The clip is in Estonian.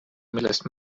millest